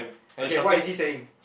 okay what is he saying